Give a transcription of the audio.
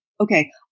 okay